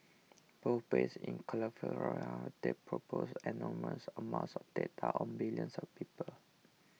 both based in California they possess enormous amounts of data on billions of people